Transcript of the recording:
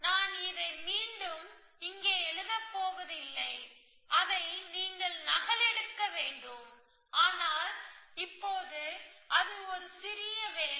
நான் இதை மீண்டும் இங்கே எழுதப் போவதில்லை அதை நீங்கள் இங்கே நகலெடுக்க வேண்டும் ஆனால் இப்போது அது ஒரு சிறிய வேலை